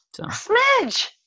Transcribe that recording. Smidge